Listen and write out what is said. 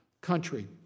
country